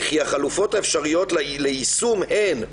וכי החלופות האפשריות ליישום הן: